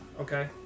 Okay